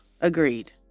Agreed